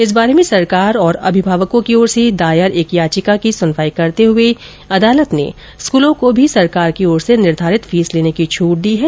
इस बारे में सरकार और अभिमावकों की ओर से दायर एक याचिका की सुनवाई करते हुए अदालत ने स्कूलों को भी सरकार की ओर से निर्धारित फीस लेने की छूट दी है